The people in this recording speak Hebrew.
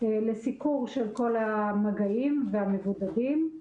לסיקור של כל המגעים והמבודדים.